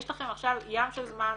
יש לכם עכשיו ים של זמן,